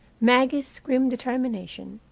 maggie's grim determination,